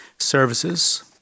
Services